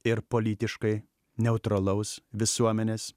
ir politiškai neutralaus visuomenės